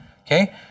Okay